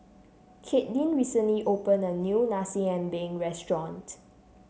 Kaitlin recently open a new Nasi Ambeng restaurant